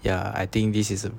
ya I think this is a